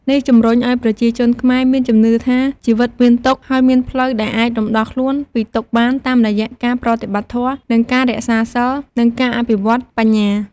នេះជំរុញឱ្យប្រជាជនខ្មែរមានជំនឿថា ជីវិតមានទុក្ខ ហើយមានផ្លូវដែលអាចរំដោះខ្លួនពីទុក្ខបានតាមរយៈការប្រតិបត្តិធម៌ ការរក្សាសីល និងការអភិវឌ្ឍបញ្ញា។